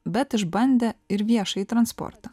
bet išbandė ir viešąjį transportą